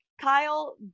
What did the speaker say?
Kyle